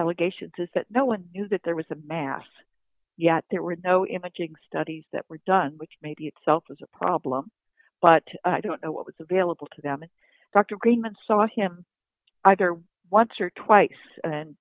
allegations is that no one knew that there was a mass yet there were no image igs studies that were done which made itself as a problem but i don't know what was available to them and dr agreement saw him either once or twice and